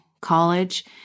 college